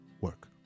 work